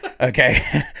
Okay